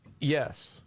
Yes